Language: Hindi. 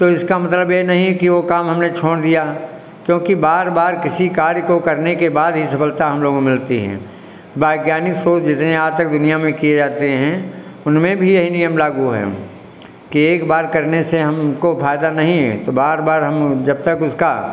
तो इसका मतलब ये नहीं है कि वो काम हमने छोंड़ दिया क्योंकि बार बार किसी कार्य को करने के बाद ही सफलता हम लोग को मिलती है वैज्ञानिक सोच जितने आज तक दुनिया में किए जाते हैं उनमें भी यही नियम लागू है कि एक बार करने से हमको फायदा नहीं हैं तो बार बार हम जब तक उसका